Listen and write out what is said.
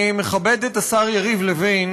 אני מכבד את השר יריב לוין